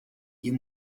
you